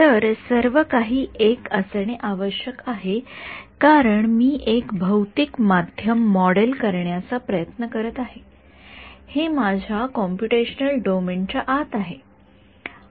तर सर्वकाही १ असणे आवश्यक आहे कारण मी एक भौतिक माध्यम मॉडेल करण्याचा प्रयत्न करीत आहे हे माझ्या कॉम्पुटेशनल डोमेन च्या आत आहे